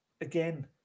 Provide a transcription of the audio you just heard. again